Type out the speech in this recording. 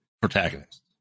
protagonist